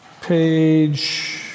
page